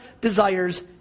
desires